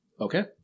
Okay